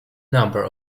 number